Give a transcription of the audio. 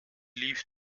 lief